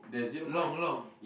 long long